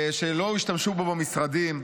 שלא השתמשו בו במשרדים,